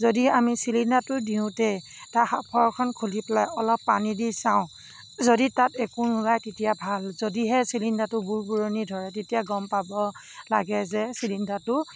যদি আমি চিলিণ্ডাৰটো দিওঁতে তাৰ সাঁফৰখন খুলি পেলাই অলপ পানী দি চাওঁ যদি তাত একো নোলায় তেতিয়া ভাল যদিহে চিলিণ্ডাৰটো বুৰবুৰণি ধৰে তেতিয়া গম পাব লাগে যে চিলিণ্ডাৰটো